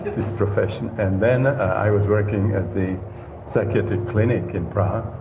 this profession and then i was working at the psychiatric clinic in prague,